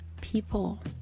people